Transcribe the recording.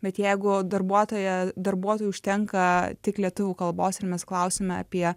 bet jeigu darbuotoja darbuotojui užtenka tik lietuvių kalbos ir mes klausiame apie